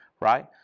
right